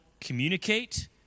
communicate